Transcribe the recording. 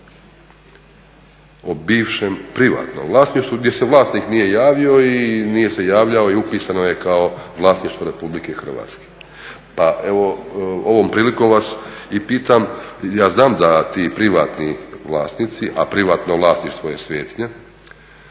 o bivšem privatnom vlasništvu, gdje se vlasnik nije javio i nije se javljao i upisano je kao vlasništvo RH. Pa ovom prilikom vas pitam, ja znam da ti privatni vlasnici, a privatno vlasništvo je svetinja